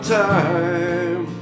time